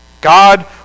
God